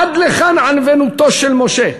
עד להיכן ענוותנותו של משה?